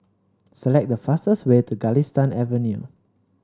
select the fastest way to Galistan Avenue